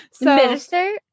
Minister